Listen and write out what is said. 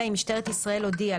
אלא אם משטרת ישראל הודיעה,